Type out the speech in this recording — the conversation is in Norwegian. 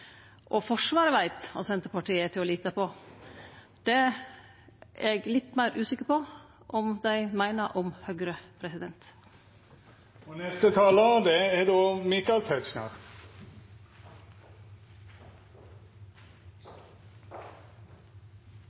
Forsvaret veit at Senterpartiet er til å lite på. Det er eg litt meir usikker på om dei meiner om Høgre. Det er da